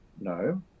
no